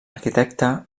arquitecte